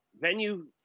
venue